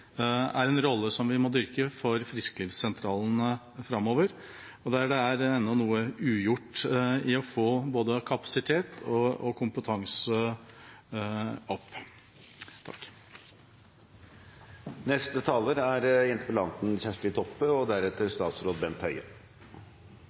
er en rolle som vi må dyrke for frisklivssentralene framover, der det ennå er noe ugjort når det gjelder å få opp både kapasitet og kompetanse. Takk til alle som har hatt ordet. Det har vore veldig mange bra innspel, og ein har tatt opp